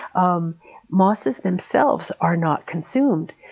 um mosses themselves are not consumed.